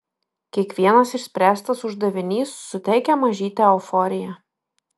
kiekvienas išspręstas uždavinys suteikia mažytę euforiją